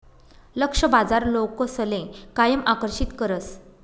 लक्ष्य बाजार लोकसले कायम आकर्षित करस